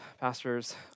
pastors